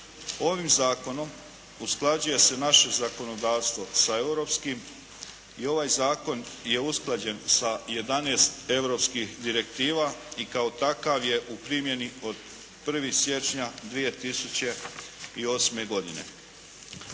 Ovim zakonom usklađuje se naše zakonodavstvo sa europskim. I ovaj zakon je usklađen sa 11 europskih direktiva i kao takav je u primjeni od 1. siječnja 2008. godine.